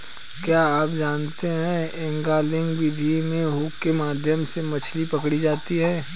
क्या आप जानते है एंगलिंग विधि में हुक के माध्यम से मछली पकड़ी जाती है